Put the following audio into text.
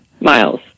miles